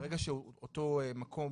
ברגע שאותו מקום,